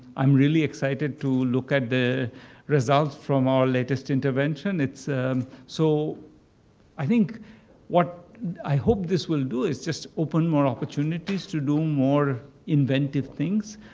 i'm really excited to look at the results from our latest intervention. um so i think what i hope this will do is just open more opportunities to do more inventive things.